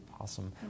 Awesome